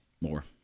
More